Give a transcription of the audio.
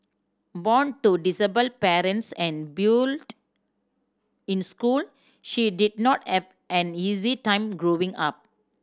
born to disabled parents and in school she did not have an easy time growing up